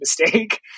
mistake